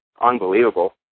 unbelievable